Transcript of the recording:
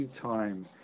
time